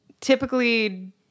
typically